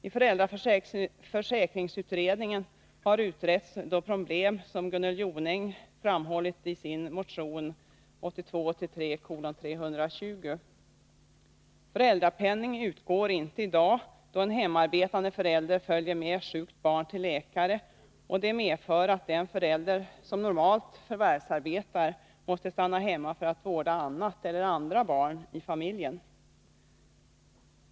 I föräldraförsäkringsutredningen har de problem utretts som Gunnel Jonäng framhållit i sin motion 1982/83:320. Föräldrapenning utgår inte i dag, då en hemarbetande förälder följer med sjukt barn till läkare, och det medför att den förälder som normalt förvärvsarbetar måste stanna hemma för att vårda annat eller andra barn i familjen.